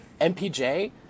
MPJ